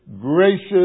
gracious